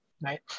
right